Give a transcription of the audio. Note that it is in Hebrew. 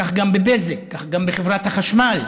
כך גם בבזק וכך גם בחברת החשמל.